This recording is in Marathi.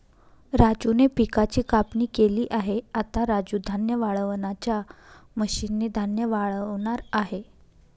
राजूने पिकाची कापणी केली आहे, आता राजू धान्य वाळवणाच्या मशीन ने धान्य वाळवणार आहे